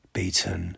beaten